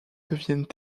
deviennent